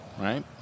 Right